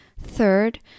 Third